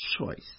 choice